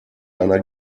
einer